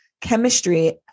chemistry